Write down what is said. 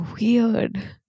Weird